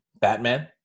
Batman